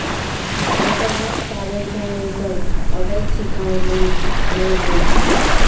मगरमच्छ पालन सं एकर अवैध शिकार बन्न भए गेल छै